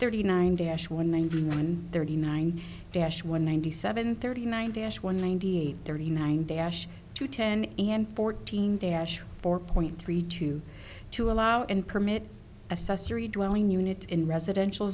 thirty nine dash one one one thirty nine dash one ninety seven thirty nine dash one ninety eight thirty nine dash two ten a m fourteen dash four point three two to allow and permit assessor a dwelling unit in residential